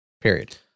Period